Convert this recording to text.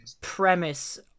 premise